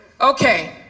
Okay